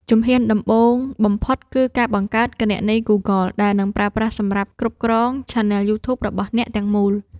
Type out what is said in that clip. ជំហានដំបូងបំផុតគឺការបង្កើតគណនី Google ដែលនឹងប្រើប្រាស់សម្រាប់គ្រប់គ្រងឆានែលយូធូបរបស់អ្នកទាំងមូល។